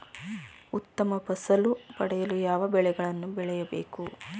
ಉತ್ತಮ ಫಸಲು ಪಡೆಯಲು ಯಾವ ಬೆಳೆಗಳನ್ನು ಬೆಳೆಯಬೇಕು?